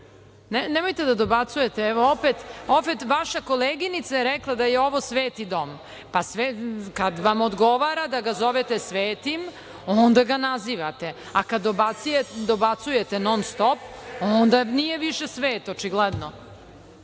Nemojte da dobacujete, opet. Vaša koleginica je rekla da je ovo sveti dom. Kad vam odgovara da ga zovete svetim, onda ga nazivate, a kada dobacujete non stop onda nije više svet očigledno. Znači,